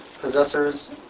possessors